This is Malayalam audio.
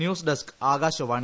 news desk Akashvani